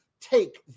take